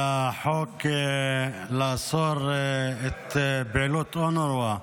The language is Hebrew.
על החוק לאסור את פעילות אונר"א בארץ,